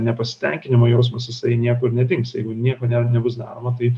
nepasitenkinimo jausmas jisai niekur nedings jeigu nieko ne nebus daroma tai